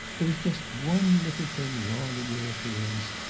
there is just one little thing wrong in your appearance,